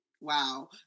wow